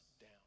down